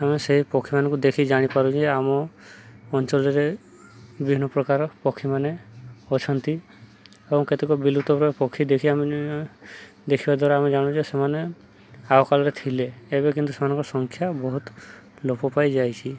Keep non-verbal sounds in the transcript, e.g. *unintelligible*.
ଆମେ ସେ ପକ୍ଷୀମାନଙ୍କୁ ଦେଖି ଜାଣିପାରୁ ଯେ ଆମ ଅଞ୍ଚଳରେ ବିଭିନ୍ନ ପ୍ରକାର ପକ୍ଷୀମାନେ ଅଛନ୍ତି ଏବଂ କେତେକ ବିଲୁତ ପ୍ରାଏ ପକ୍ଷୀ ଦେଖିବାକୁ *unintelligible* ଦେଖିବା ଦ୍ୱାରା ଆମେ ଜାଣୁ ଯେ ସେମାନେ ଆଗକାଳରେ ଥିଲେ ଏବେ କିନ୍ତୁ ସେମାନଙ୍କ ସଂଖ୍ୟା ବହୁତ ଲୋପ ପାଇ ଯାଇଛି